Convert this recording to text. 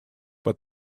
but